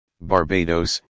Barbados